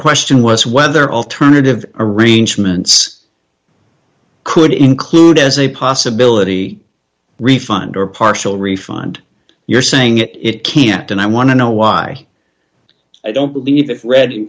question was whether alternative arrangements could include as a possibility refund or partial refund you're saying it can't and i want to know why i don't believe